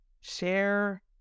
share